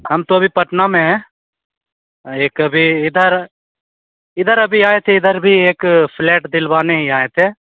हम तो अभी पटना में हैं एक अभी इधर इधर अभी आए थे इधर भी एक फ्लैट दिलवाने ही आए थे